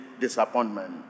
disappointment